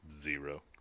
Zero